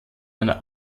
einer